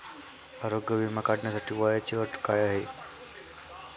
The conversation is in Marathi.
आरोग्य विमा काढण्यासाठी वयाची अट काय आहे?